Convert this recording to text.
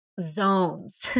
zones